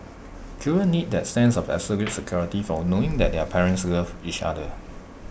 children need that sense of absolute security from knowing that their parents love each other